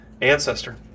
ancestor